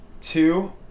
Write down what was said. Two